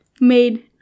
made